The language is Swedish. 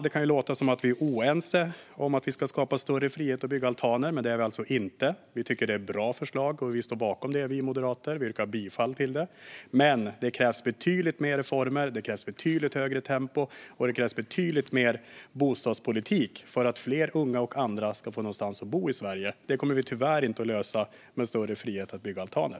Det kan låta som att vi är oense om att skapa större frihet att bygga altaner, men det är vi inte. Vi tycker att det är ett bra förslag, och Moderaterna står bakom det och yrkar bifall till det. Det krävs dock betydligt fler reformer, högre tempo och mer bostadspolitik för att fler unga och andra ska få någonstans att bo i Sverige. Detta kommer vi tyvärr inte att lösa genom större frihet att bygga altaner.